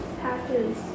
Patches